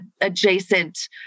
adjacent